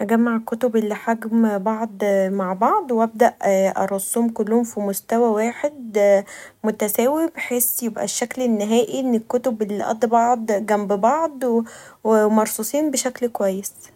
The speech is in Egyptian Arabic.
اجمع الكتب اللي حجم بعض مع بعض و أبدا أرصهم كلهم في مستوي واحد متساوي بحيث ان يبقي الشكل نهائي للكتب اللي قد بعض جمب بعض ومرصوصين بشكل كويس.